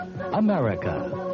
America